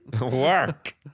Work